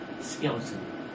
skeleton